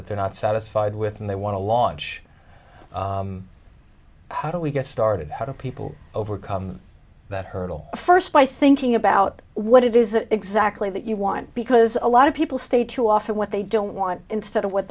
that they're not satisfied with and they want to launch how do we get started how do people overcome that hurdle first by thinking about what it is exactly that you want because a lot of people stay to offer what they don't want instead of what